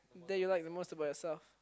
that you like the most about yourself